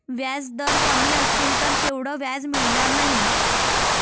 व्याजदर कमी असतील तर तेवढं व्याज मिळणार नाही